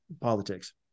politics